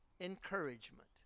encouragement